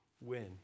win